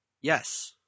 Yes